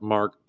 Mark